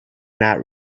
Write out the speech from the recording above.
not